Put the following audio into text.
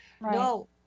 No